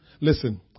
Listen